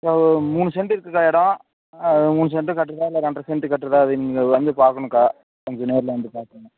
அக்கா மூணு சென்ட் இருக்குதுக்கா இடம் மூணு சென்ட் கட்டுறதா இல்லை ரெண்ட்ரை சென்ட் கட்டுறதா அது நீங்கள் வந்து பார்க்கணுக்கா கொஞ்சம் நேரில் வந்து பார்த்துடுங்க